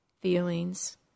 feelings